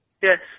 Yes